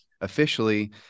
officially